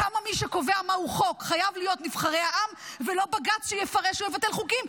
כמה מי שקובע מהו חוק חייב להיות נבחרי העם ולא בג"ץ שיפרש ויבטל חוקים.